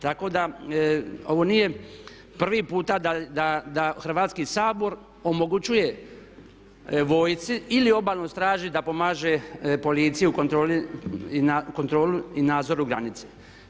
Tako da ovo nije prvi puta da Hrvatski sabor omogućuje vojsci ili Obalnoj straži da pomaže policiji u kontroli i nadzoru granice.